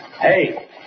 Hey